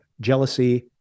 jealousy